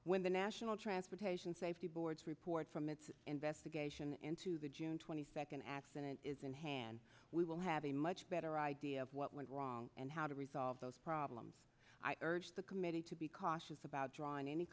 when the national transportation safety board report from its investigation into the june twenty second accident is in hand we will have a much better idea of what went wrong and how to resolve those problems i urge the committee to be cautious about drawing any